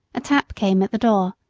a tap came at the door,